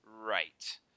right